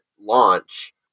launch